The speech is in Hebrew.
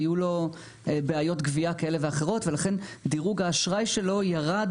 היו לו בעיות גבייה כאלה ואחרות ולכן דירוג האשראי שלו ירד